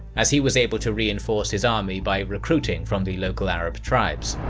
as he was able to reinforce his army by recruiting from the local arab tribes.